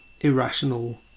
irrational